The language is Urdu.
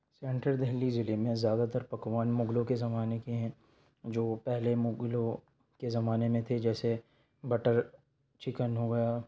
سینٹر دہلی ضلع میں زیادہ تر پکوان مغلوں کے زمانے کے ہیں جو پہلے مغلوں کے زمانے میں تھے جیسے بٹر چکن ہو گیا